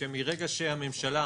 שמרגע שהממשלה